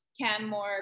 Canmore